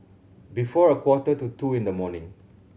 before a quarter to two in the morning